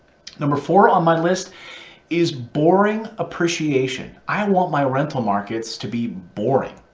number four on my list is boring appreciation. i want my rental markets to be boring.